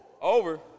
over